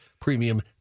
premium